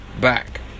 back